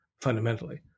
fundamentally